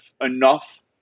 enough